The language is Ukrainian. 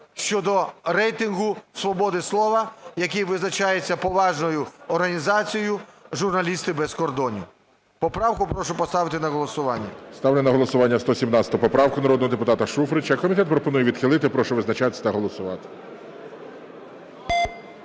щодо рейтингу свободи слова, який визначається поважною організацією "Журналісти без кордонів". Поправку прошу поставити на голосування. ГОЛОВУЮЧИЙ. Ставлю на голосування 117 поправку народного депутата Шуфрича. Комітет пропонує відхилити. Прошу визначатись та голосувати.